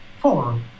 Four